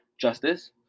justice